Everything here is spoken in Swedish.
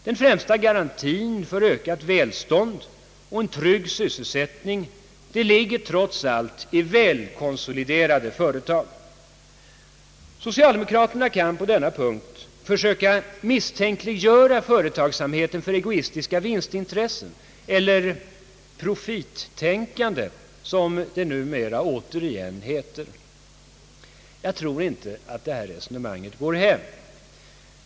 Den främsta garantin för ökat välstånd och en trygg sysselsättning ligger trots allt i välkonsoliderade företag. Socialdemokraterna kan på denna punkt försöka misstänkliggöra företagsamheten för egoistiska vinstintressen — eller profittänkande, som det numera återigen heter. Jag tror inte att detta resonemang går hem.